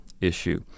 issue